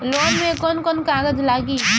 Loan में कौन कौन कागज लागी?